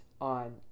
on